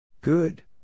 Good